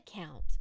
account